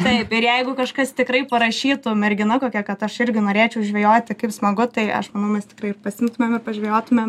taip ir jeigu kažkas tikrai parašytų mergina kokia kad aš irgi norėčiau žvejoti kaip smagu tai aš manau mes tikrai pasiimtumėm ir pažvejotumėm